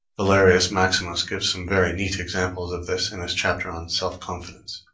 valerius maximus gives some very neat examples of this in his chapter on self-confidence,